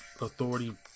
authority